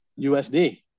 USD